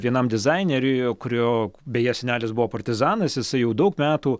vienam dizaineriui kurio beje senelis buvo partizanas jisai jau daug metų